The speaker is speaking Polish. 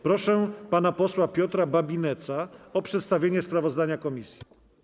Proszę pana posła Piotra Babinetza o przedstawienie sprawozdania komisji.